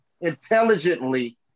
intelligently